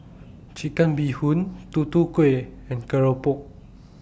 Chicken Bee Hoon Tutu Kueh and Keropok